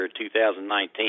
2019